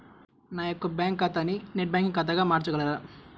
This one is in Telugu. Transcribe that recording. నా యొక్క బ్యాంకు ఖాతాని నెట్ బ్యాంకింగ్ ఖాతాగా మార్చగలరా?